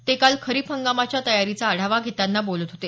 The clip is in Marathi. ते काल खरीप हंगामाच्या तयारीचा आढावा घेताना बोलत होते